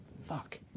Fuck